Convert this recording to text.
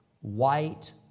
white